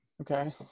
Okay